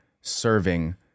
serving